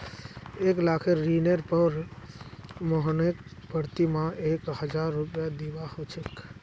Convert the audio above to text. एक लाखेर ऋनेर पर मोहनके प्रति माह एक हजार रुपया दीबा ह छेक